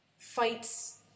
fights